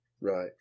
Right